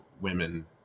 women